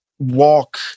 walk